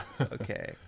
Okay